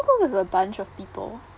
go with a bunch of people